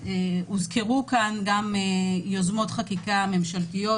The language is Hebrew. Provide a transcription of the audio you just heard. הוזכרו כאן גם יוזמות חקיקה ממשלתיות,